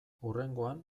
hurrengoan